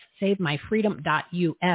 SaveMyFreedom.us